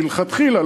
מלכתחילה,